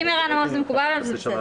אם ערן אמר שזה מקובל עליו זה בסדר.